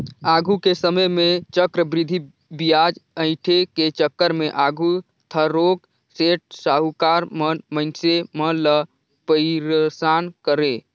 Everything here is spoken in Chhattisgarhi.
आघु के समे में चक्रबृद्धि बियाज अंइठे के चक्कर में आघु थारोक सेठ, साहुकार मन मइनसे मन ल पइरसान करें